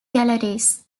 galleries